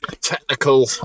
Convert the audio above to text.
technical